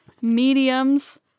mediums